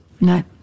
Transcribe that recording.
No